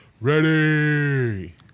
ready